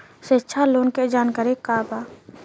शिक्षा लोन के जानकारी का बा?